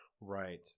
Right